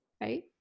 right